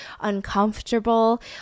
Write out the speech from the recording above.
Uncomfortable